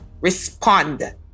Respond